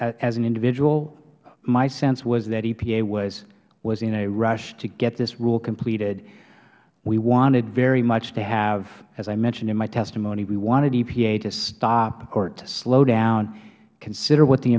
as an individual my sense was that epa was in a rush to get this rule completed we wanted very much to have as i mentioned in my testimony we wanted epa to stop or to slow down consider what the